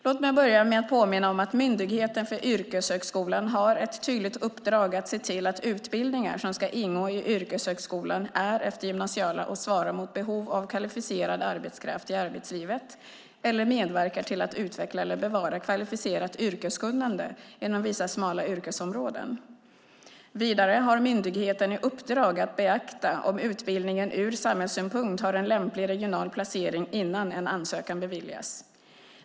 Låt mig börja med att påminna om att Myndigheten för yrkeshögskolan har ett tydligt uppdrag att se till att utbildningar som ska ingå i yrkeshögskolan är eftergymnasiala och svarar mot behov av kvalificerad arbetskraft i arbetslivet eller medverkar till att utveckla eller bevara kvalificerat yrkeskunnande inom vissa smala yrkesområden. Vidare har myndigheten i uppdrag att beakta om utbildningen ur samhällssynpunkt har en lämplig regional placering innan en ansökan beviljas.